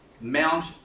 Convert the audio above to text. Mount